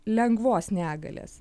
lengvos negalės